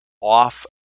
off